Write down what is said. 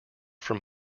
from